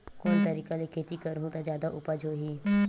कोन तरीका ले खेती करहु त जादा उपज होही?